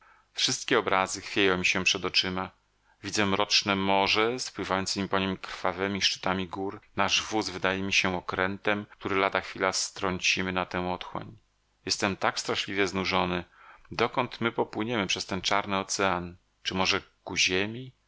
wszystkie obrazy chwieją mi się przed oczyma widzę mroczne morze z pływającemi po niem krwawemi szczytami gór nasz wóz wydaje ml się okrętem który lada chwila strącimy na tę otchłań jestem tak straszliwie znużony dokąd my popłyniemy przez ten czarny ocean czy może ku ziemi